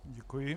Děkuji.